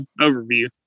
overview